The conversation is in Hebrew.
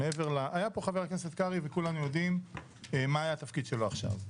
היה כאן חבר הכנסת קרעי וכולנו יודעים מה היה התפקיד שלו עכשיו.